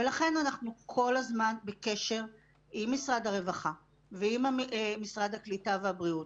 ולכן אנחנו כל הזמן בקשר עם משרד הרווחה ועם משרד הקליטה ומשרד הבריאות,